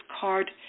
card